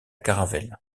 caravelle